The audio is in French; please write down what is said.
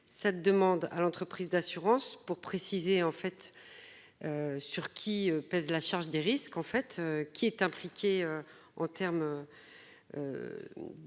cette demande à l'entreprise d'assurance pour préciser en fait. Sur qui pèse la charge des risques en fait qui est impliqué au terme.